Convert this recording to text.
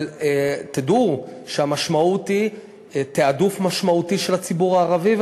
אבל תדעו שהמשמעות היא תעדוף משמעותי של הציבור הערבי,